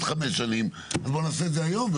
חמש שנים אז בואו נעשה את זה היום.